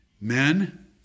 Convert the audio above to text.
Men